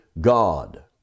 God